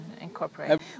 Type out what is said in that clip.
incorporate